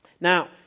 Now